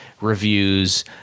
reviews